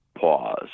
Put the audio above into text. pause